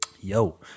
yo